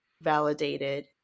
validated